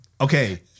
okay